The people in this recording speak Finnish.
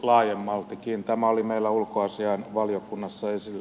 tämä oli meillä ulkoasiainvaliokunnassa esillä